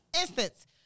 instance